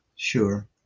Sure